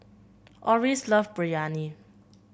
Orris love Biryani